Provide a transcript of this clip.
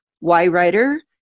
Y-Writer